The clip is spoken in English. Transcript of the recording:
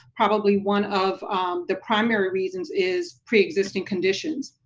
probably one of the primary reasons is preexisting conditions,